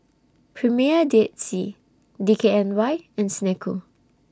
Premier Dead Sea D K N Y and Snek Ku